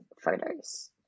photos